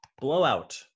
Blowout